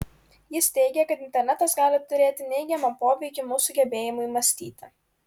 jis teigia kad internetas gali turėti neigiamą poveikį mūsų gebėjimui mąstyti